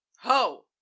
Ho